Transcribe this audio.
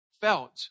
felt